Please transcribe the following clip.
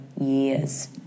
years